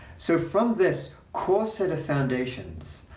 so from this core set of foundations,